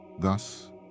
thus